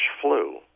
flu